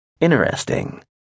interesting